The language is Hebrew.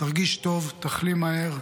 תרגיש טוב, תחלים מהר.